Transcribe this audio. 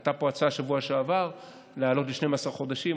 הייתה פה הצעה בשבוע שעבר להעלות ל-12 חודשים,